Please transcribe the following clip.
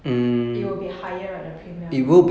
it will be higher the premium